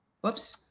Whoops